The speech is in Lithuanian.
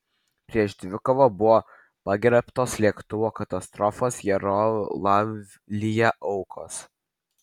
prieš dvikovą buvo pagerbtos lėktuvo katastrofos jaroslavlyje aukos